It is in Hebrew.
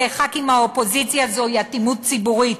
חברי כנסת מהאופוזיציה זו אטימות ציבורית,